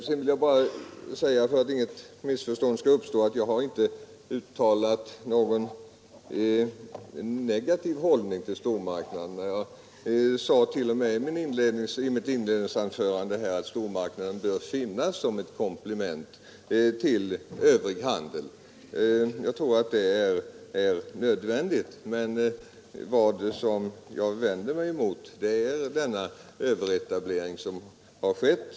Sedan vill jag bara säga, för att inget missförstånd skall uppstå, att jag inte har intagit någon negativ hållning till stormarknaderna. Jag sade t.o.m. i mitt inledningsanförande att stormarknader bör finnas som komplement till övrig handel. Jag tror att detta är nödvändigt. Vad jag vänder mig mot är den överetablering som har skett.